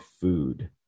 food